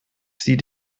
sie